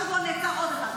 השבוע נעצר עוד אחד,